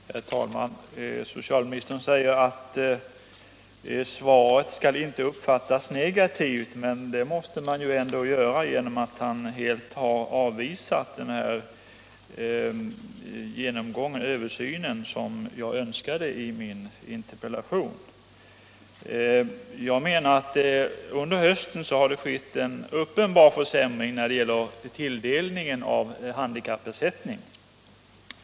Herr talman! Socialministern säger att man inte skall uppfatta svaret negativt. Men det måste man ju ändå göra därför att han helt har avvisat den översyn som jag önskade i min interpellation. Jag menar att det under hösten har skett en uppenbar försämring i tilldelningen av han dikappersättning.